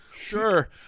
Sure